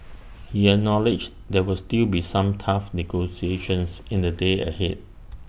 he acknowledged there would still be some tough negotiations in the days ahead